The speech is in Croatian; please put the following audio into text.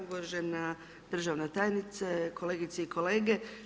Uvažena državne tajnice, kolegice i kolege.